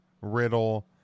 Riddle